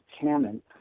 Cannon